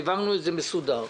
והעברנו את זה מסודר.